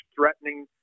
threatening